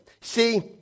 See